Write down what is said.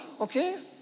okay